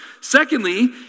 Secondly